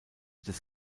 des